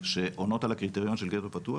שעונות על הקריטריון של גטו פתוח,